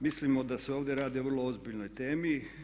Mislimo da se ovdje radi o vrlo ozbiljnoj temi.